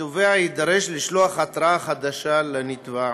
התובע יידרש לשלוח התראה חדשה לנתבע.